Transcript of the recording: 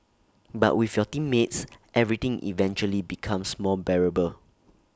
but with your teammates everything eventually becomes more bearable